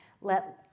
let